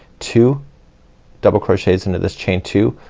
two double crochets into this chain two.